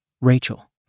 Rachel